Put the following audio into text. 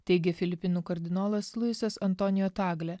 teigė filipinų kardinolas luisas antonijo taglė